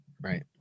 Right